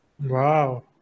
Wow